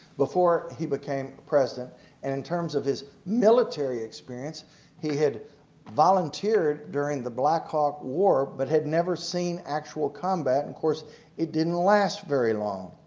before he became president and in terms of his military experience he had volunteered during the black hawk war but had never seen actual combat. of and course it didn't last very long.